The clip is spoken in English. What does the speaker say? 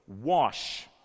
wash